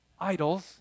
idols